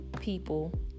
people